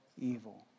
evil